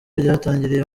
ryatangiriye